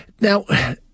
Now